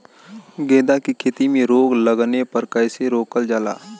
गेंदा की खेती में रोग लगने पर कैसे रोकल जाला?